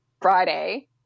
Friday